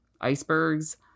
icebergs